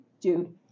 dude